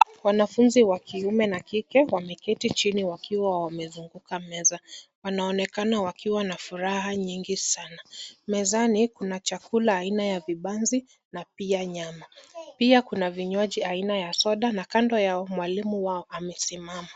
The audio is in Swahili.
Wanafunzi wa kiume na kike wameketi chini wakiwa wamezunguka meza. Wanaonekana wakiwa na furaha nyingi sana. Mezani, kuna chakula aina vibanzi na pia nyama. Pia kuna vinywaji aina ya soda na kando yao mwalimu wao amesimama.